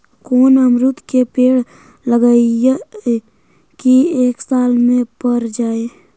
कोन अमरुद के पेड़ लगइयै कि एक साल में पर जाएं?